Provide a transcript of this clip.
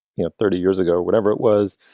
you know, thirty years ago or whatever it was.